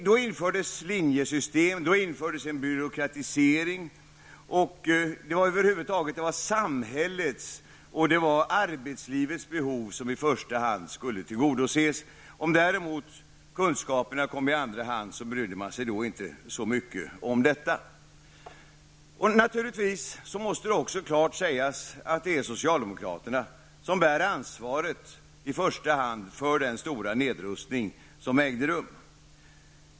Då infördes linjesystemet, en byråkratisering och det var över huvud taget samhällets och arbetslivets behov som i första hand skulle tillgodoses. Om däremot kunskaperna kom i andra hand brydde man sig inte så mycket om detta. Det måste naturligtvis också klart sägas att det i första hand är socialdemokraterna som bär ansvaret för den stora nedrustning som ägde rum.